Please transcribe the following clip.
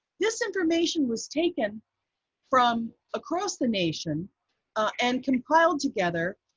this information was taken from across the nation and compiled together,